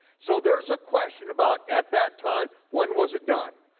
so there's a question about, at that time, when was it done?